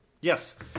Yes